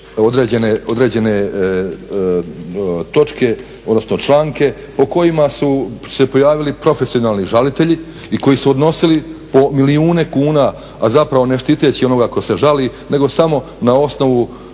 određene točke, odnosno članke po kojima su se pojavili profesionalni žalitelji i koji su odnosili po milijune kuna, a zapravo ne štiteći onoga tko se žali, nego samo na osnovu